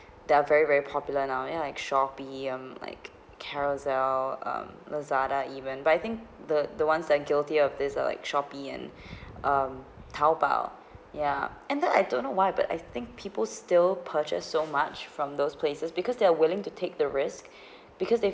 they are very very popular now ya like Shopee um like Carousell um Lazada even but I think the the ones and guilty of these are like Shopee and um Taobao ya and then I don't know why but I think people still purchase so much from those places because they are willing to take the risk because they